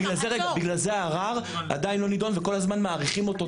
אבל בגלל זה הערער עדיין לא נידון וכל הזמן מאריכים אותו טכנית.